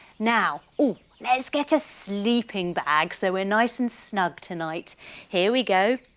now, ooh let's get a sleeping bag so we're nice and snug tonight here we go.